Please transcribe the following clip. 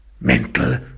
mental